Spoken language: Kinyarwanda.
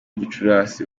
gicurasi